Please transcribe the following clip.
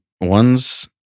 one's